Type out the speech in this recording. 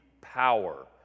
power